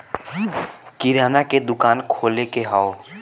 किराना के दुकान खोले के हौ